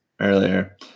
earlier